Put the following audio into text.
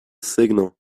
signal